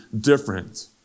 different